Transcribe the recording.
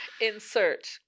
Insert